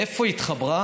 איפה היא התחברה?